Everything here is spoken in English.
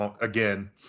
Again